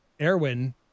Erwin